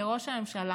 לראש הממשלה